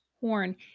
Horn